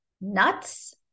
nuts